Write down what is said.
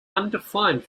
undefined